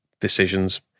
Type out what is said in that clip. decisions